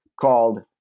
called